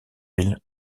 ville